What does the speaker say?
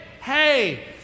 hey